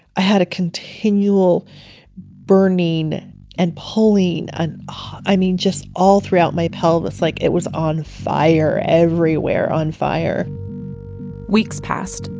i had a continual burning and pulling. and i mean, just all throughout my pelvis, like it was on fire, everywhere on fire weeks passed.